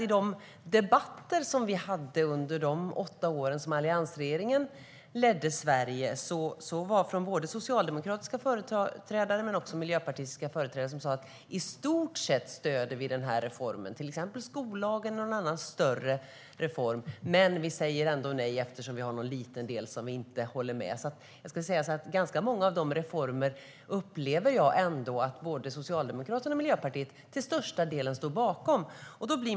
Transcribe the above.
I de debatter som vi hade under de åtta år då alliansregeringen ledde Sverige fanns det både socialdemokratiska och miljöpartistiska företrädare som sa att de i stort sett stödde olika reformer, till exempel skollagen och andra större reformer, men ändå sa nej eftersom det var någon liten del som de inte höll med om. Ganska många av de reformerna upplever jag att både Socialdemokraterna och Miljöpartiet ändå till största delen står bakom.